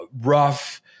rough